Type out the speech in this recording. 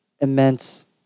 immense